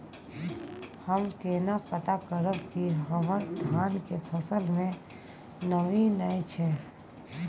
हम केना पता करब की हमर धान के फसल में नमी नय छै?